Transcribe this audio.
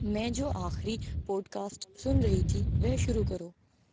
میں جو آخری پوڈکاسٹ سن رہی تھی وہ شروع کرو